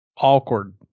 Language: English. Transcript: awkward